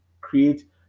create